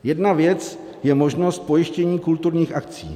Jedna věc je možnost pojištění kulturních akcí.